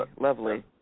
Lovely